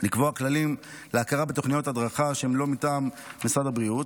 לקבוע כללים להכרה בתוכניות הדרכה שהן לא מטעם משרד הבריאות,